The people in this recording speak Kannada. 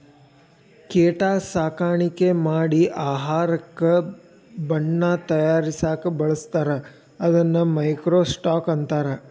ಕೇಟಾ ಸಾಕಾಣಿಕೆ ಮಾಡಿ ಆಹಾರಕ್ಕ ಬಣ್ಣಾ ತಯಾರಸಾಕ ಬಳಸ್ತಾರ ಇದನ್ನ ಮೈಕ್ರೋ ಸ್ಟಾಕ್ ಅಂತಾರ